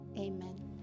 amen